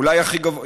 אולי הכי גבוה,